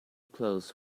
clothes